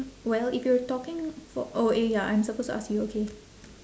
well if you're talking for oh eh ya I'm supposed to ask you okay